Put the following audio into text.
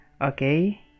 okay